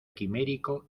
quimérico